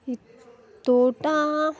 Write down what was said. ಈ ತೋಟ